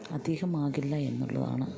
അധികമാകില്ല എന്നുള്ളതാണ്